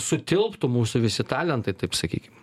sutilptų mūsų visi talentai taip sakykime